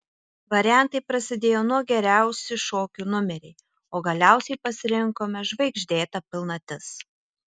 variantai prasidėjo nuo geriausi šokių numeriai o galiausiai pasirinkome žvaigždėta pilnatis